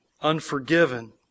unforgiven